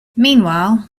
meanwhile